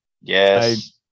Yes